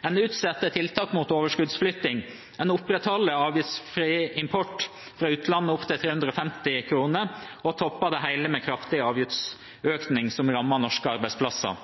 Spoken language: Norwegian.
En utsetter tiltak mot overskuddsflytting, men opprettholder avgiftsfri import fra utlandet opptil 350 kr og topper det hele med kraftig avgiftsøkning som rammer norske arbeidsplasser.